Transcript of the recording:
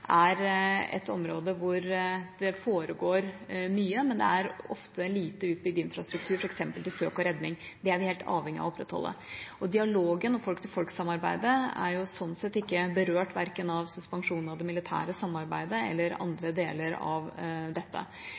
er et område hvor det foregår mye, men det er ofte lite utbygget infrastruktur, f.eks. til søk og redning – det er vi helt avhengig av å opprettholde. Dialogen og folk-til-folk-samarbeidet er sånn sett ikke berørt verken av suspensjonen av det militære samarbeidet eller av andre deler av dette.